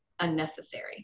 Unnecessary